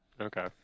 okay